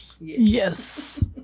Yes